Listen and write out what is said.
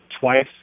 twice